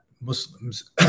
Muslims